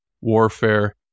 warfare